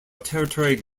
territory